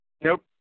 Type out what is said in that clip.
Nope